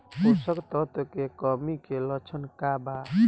पोषक तत्व के कमी के लक्षण का वा?